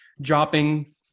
dropping